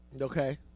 Okay